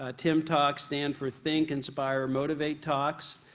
ah tim talks stand for think, inspire and motivate talks.